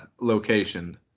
location